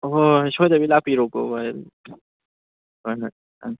ꯍꯣꯏ ꯁꯣꯏꯗꯕꯤ ꯂꯥꯛꯄꯤꯔꯣꯀꯣ ꯚꯥꯏ ꯑꯗꯨꯗꯤ